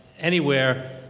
anywhere.